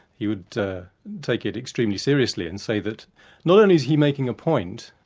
you would take it extremely seriously and say that not only is he making a point